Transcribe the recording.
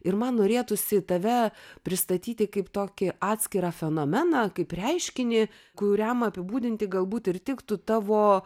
ir man norėtųsi tave pristatyti kaip tokį atskirą fenomeną kaip reiškinį kuriam apibūdinti galbūt ir tiktų tavo